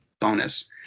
bonus